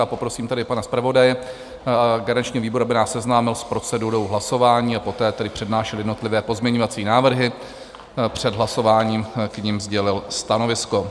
Poprosím tedy pana zpravodaje garančního výboru, aby nás seznámil s procedurou hlasování, a poté tedy přednášel jednotlivé pozměňovací návrhy, před hlasováním k nim sdělil stanovisko.